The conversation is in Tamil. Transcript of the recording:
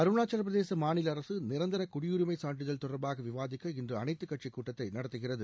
அருணாச்சவப் பிரதேச மாநில அரசு நிரந்தர குடியுரிமைச் சான்றிதழ் தொடர்பாக விவாதிக்க இன்று அனைத்து கட்சி கூட்டத்தை நடத்துகிறது